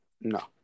No